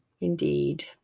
Indeed